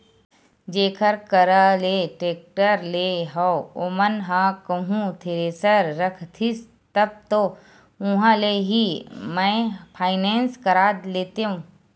जेखर करा ले टेक्टर लेय हव ओमन ह कहूँ थेरेसर रखतिस तब तो उहाँ ले ही मैय फायनेंस करा लेतेव